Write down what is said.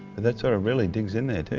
that sort of really digs in there too